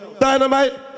Dynamite